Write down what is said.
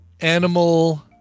animal